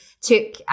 took